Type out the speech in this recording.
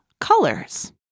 colors